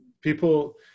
people